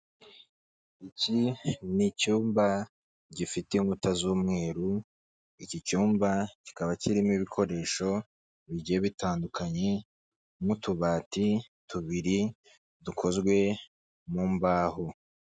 Iki ni icyumba gifite inkuta z'umweru, iki cyumba kikaba kirimo ibikoresho bigiye bitandukanye nk'utubati tubiri dukozwe mu mbaho.